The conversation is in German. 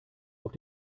auf